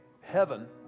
heaven